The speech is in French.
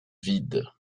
vide